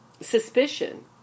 suspicion